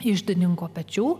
iždininko pečių